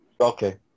Okay